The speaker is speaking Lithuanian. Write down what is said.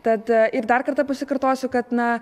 tad ir dar kartą pasikartosiu kad na